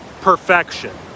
perfection